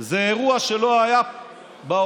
זה אירוע שלא היה בעולם,